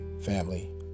family